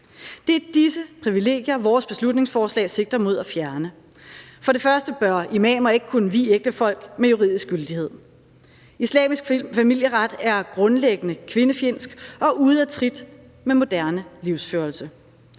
Det er disse privilegier, vores beslutningsforslag sigter mod at fjerne. For det første bør imamer ikke kunne vie ægtefolk med juridisk gyldighed. Islamisk familieret er grundlæggende kvindefjendsk og ude af trit med moderne livsførelse.